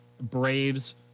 Braves